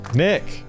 nick